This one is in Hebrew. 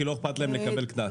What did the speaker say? כי לא אכפת להם לקבל קנס.